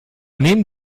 nehmen